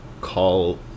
call